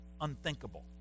unthinkable